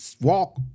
walk